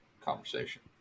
conversation